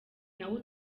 nawe